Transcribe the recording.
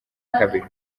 kabiri